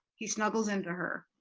he snuggles into her.